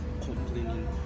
complaining